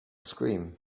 scream